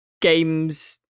games